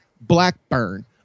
Blackburn